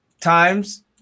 times